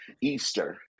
easter